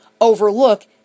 overlook